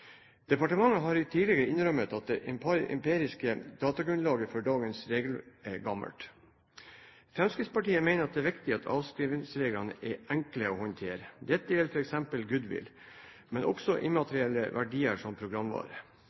Departementet har tidligere innrømmet at det empiriske datagrunnlaget for dagens regler er gammelt. Fremskrittspartiet mener at det er viktig at avskrivningsreglene er enkle å håndtere. Dette gjelder f.eks. goodwill og også immaterielle verdier som programvare.